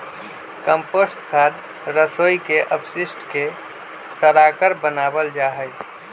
compost खाद रसोई के अपशिष्ट के सड़ाकर बनावल जा हई